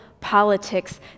politics